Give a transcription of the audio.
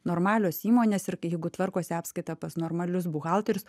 normalios įmonės ir kai ji tvarkosi apskaita pas normalius buhalterius